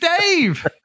dave